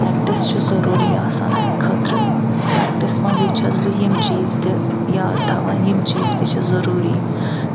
practice چھِ ضٔروٗری آسان اَمہِ خٲطرٕ پریٚکٹِس مَنٛزٕے چھَس بہٕ یِم چیٖز تہِ یاد تھاوان یِم چیٖز تہِ چھِ ضٔروٗری